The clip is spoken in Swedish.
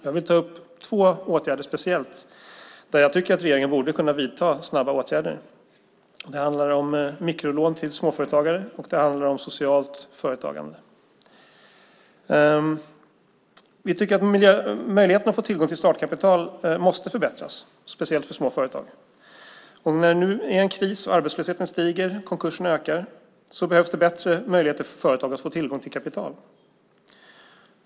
Jag vill speciellt ta upp två åtgärder som jag tycker att regeringen snabbt borde kunna vidta. Det handlar om mikrolån till företagare och om socialt företagande. Möjligheten att få tillgång till startkapital måste förbättras, speciellt för små företag. När det nu är kris, arbetslösheten stiger och konkurserna ökar behövs det bättre möjligheter för företag att få tillgång till kapital.